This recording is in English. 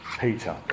Peter